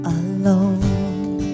alone